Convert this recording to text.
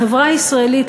החברה הישראלית,